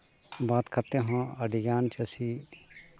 ᱵᱟᱫ ᱠᱟᱛᱮᱫ ᱦᱚᱸ ᱟᱹᱰᱤᱜᱟᱱ ᱪᱟᱹᱥᱤ